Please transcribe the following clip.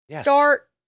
start